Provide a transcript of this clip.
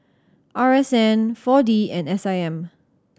R S N Four D and S I M